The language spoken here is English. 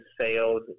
sales